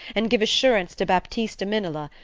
and give assurance to baptista minola,